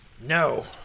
No